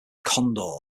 condor